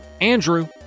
Andrew